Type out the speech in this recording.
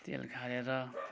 तेल खारेर